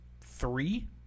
Three